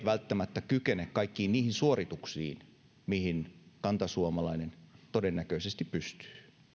välttämättä kykene kaikkiin niihin suorituksiin mihin kantasuomalainen todennäköisesti pystyy mutta sekin aika koittaa jolloin heidän lapsensa niihin suorituksiin sitten pystyvät